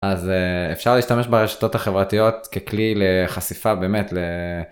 אז אפשר להשתמש ברשתות החברתיות ככלי לחשיפה באמת.